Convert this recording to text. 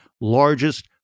largest